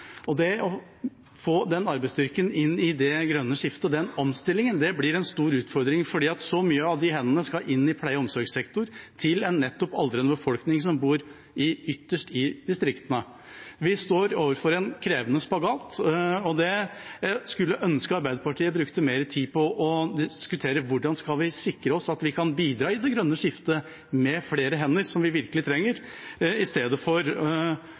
pst. Det å få den arbeidsstyrken inn i det grønne skiftet og få til den omstillingen, blir en stor utfordring fordi så mange av de hendene skal inn i pleie- og omsorgssektoren til nettopp en aldrende befolkning som bor ytterst i distriktene. Vi står overfor en krevende spagat. Jeg skulle ønske at Arbeiderpartiet brukte mer tid på å diskutere hvordan vi kan sikre at vi kan bidra i det grønne skiftet med flere hender, som vi virkelig trenger, i stedet for